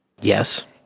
Yes